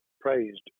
praised